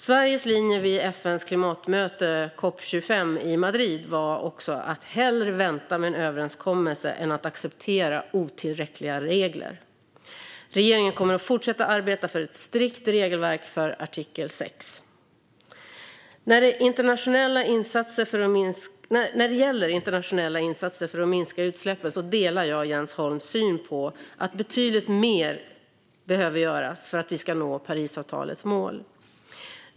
Sveriges linje vid FN:s klimatmöte COP 25 i Madrid var också att hellre vänta med en överenskommelse än att acceptera otillräckliga regler. Regeringen kommer att fortsatt arbeta för ett strikt regelverk för artikel 6. När det gäller internationella insatser för att minska utsläppen delar jag Jens Holms syn att betydligt mer behöver göras för att vi ska nå Parisavtalets mål.